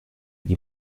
die